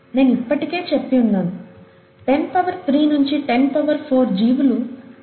నేను ఇప్పటికే చెప్పి ఉన్నాను టెన్ పవర్ 3 నించి టెన్ పవర్ 4 జీవులు పర్ మిల్లి లీటర్ ఉంటాయని